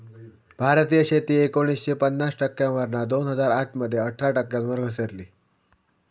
भारतीय शेती एकोणीसशे पन्नास टक्क्यांवरना दोन हजार आठ मध्ये अठरा टक्क्यांवर घसरली